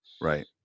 Right